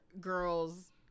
girls